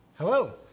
Hello